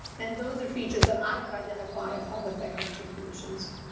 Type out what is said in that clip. and those are features that i would identify of of effective truth commissions.